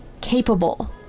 capable